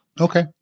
Okay